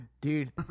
dude